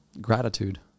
Gratitude